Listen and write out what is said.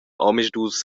omisdus